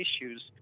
issues